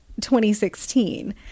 2016